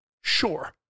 Sure